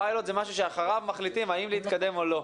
פיילוט זה משהו שאחריו מחליטים האם להתקדם או לא.